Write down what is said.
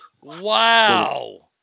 wow